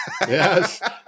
Yes